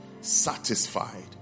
satisfied